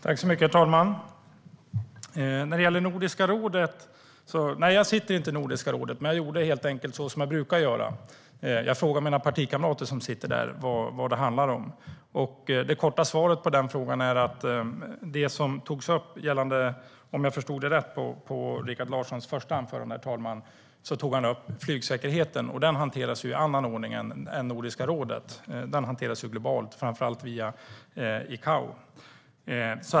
Herr talman! Jag sitter inte i Nordiska rådet, men jag gjorde helt enkelt som jag brukar göra: Jag frågade mina partikamrater som sitter där vad det handlar om. Det korta svaret på den frågan är att det som togs upp gällande flygsäkerheten, om jag förstod det rätt på Rikard Larssons första anförande, herr talman, hanteras i en annan ordning än Nordiska rådet. Detta hanteras globalt, framför allt via ICAO.